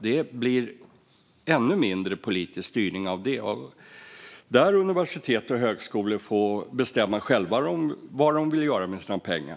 Det blir det ännu mindre politisk styrning av. Där får universitet och högskolor bestämma själva vad de vill göra med sina pengar.